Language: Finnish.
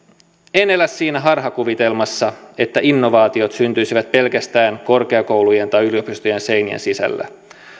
en elä siinä harhakuvitelmassa että innovaatiot syntyisivät pelkästään korkeakoulujen tai yliopistojen seinien sisällä